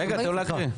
רגע, תן להקריא.